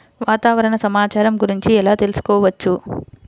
వాతావరణ సమాచారం గురించి ఎలా తెలుసుకోవచ్చు?